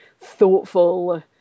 thoughtful